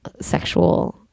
sexual